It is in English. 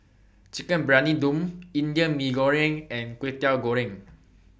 Chicken Briyani Dum Indian Mee Goreng and Kway Teow Goreng